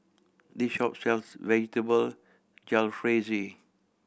this shop sells Vegetable Jalfrezi